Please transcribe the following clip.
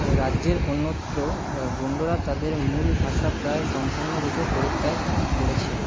রাজ্যের অন্যত্র গোন্ডরা তাদের মূল ভাষা প্রায় সম্পূর্ণরূপে পরিত্যাগ করেছে